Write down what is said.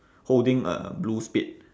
holding a blue spade